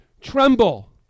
tremble